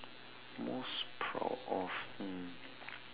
most proud of um